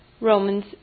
Romans